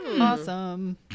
Awesome